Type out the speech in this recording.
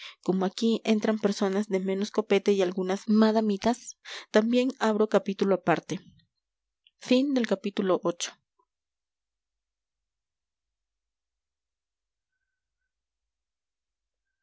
como aquí entran personas de menos copete y algunas madamitas también abro capítulo aparte